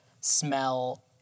smell